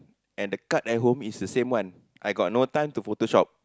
and the card at home is the same one I got no time to Photoshop